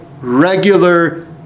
regular